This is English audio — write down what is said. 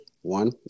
One